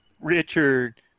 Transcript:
Richard